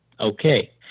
Okay